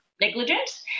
negligent